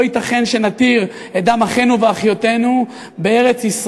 לא ייתכן שנתיר את דם אחינו ואחיותינו בארץ-ישראל.